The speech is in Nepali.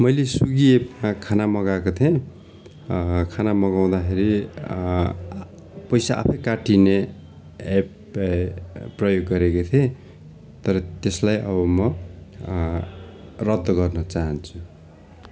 मैले स्विगी एपमा खाना मगाएको थिएँ खाना मगाउँदाखेरि पैसा आफै काटिने एप प्रयोग गरेको थिएँ तर त्यसलाई अब म रद्द गर्न चाहन्छु